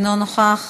אינו נוכח,